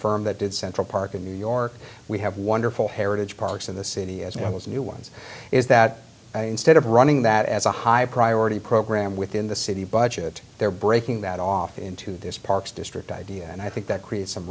firm that did central park in new york we have wonderful heritage parks in the city as well as new ones is that instead of running that as a high priority program within the city budget they're breaking that off into this parks district idea and i think that creates some